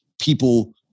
people